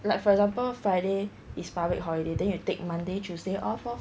like for example friday is public holiday then you take monday tuesday off loh